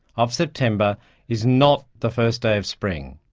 of september is not the first day of spring.